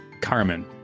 carmen